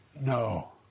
No